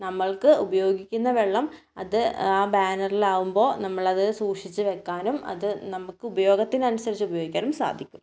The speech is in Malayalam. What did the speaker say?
നമ്മൾക്ക് ഉപയോഗിക്കുന്ന വെള്ളം അത് ആ ബാനറിൽ ആകുമ്പോൾ നമ്മളത് സൂക്ഷിച്ചു വെക്കാനും അത് നമുക്ക് ഉപയോഗത്തിന് അനുസരിച്ച് ഉപയോഗിക്കാനും സാധിക്കും